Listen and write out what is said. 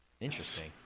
Interesting